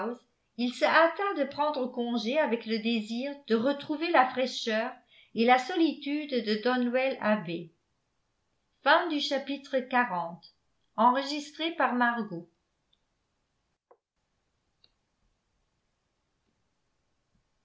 il se hâta de prendre congé avec le désir de retrouver la fraîcheur et la solitude de donwell abbey